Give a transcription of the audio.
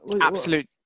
Absolute